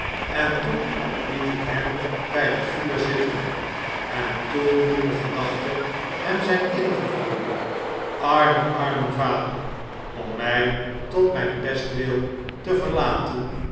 en toen liet ik hem bij het vuur zitten en toen moet de gedachte hem zijn ingevallen arme arme vader om mij tot mijn bestwil te verlaten